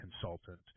consultant